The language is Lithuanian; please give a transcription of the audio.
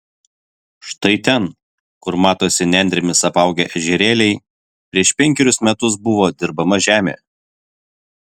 štai ten kur matosi nendrėmis apaugę ežerėliai prieš penkerius metus buvo dirbama žemė